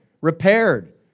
repaired